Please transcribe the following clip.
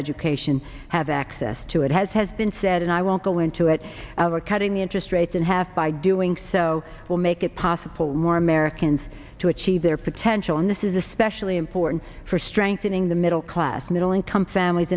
education have access to it has has been said and i won't go into it our cutting the interest rates in half by doing so will make it possible more americans to achieve their potential and this is especially important for strengthening the middle class middle income families